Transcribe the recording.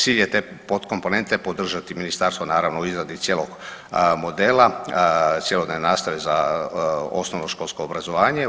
Cilj je te pod komponente podržati ministarstvo naravno u izradi cijelog modela cjelodnevne nastave za osnovnoškolsko obrazovanje.